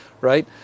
right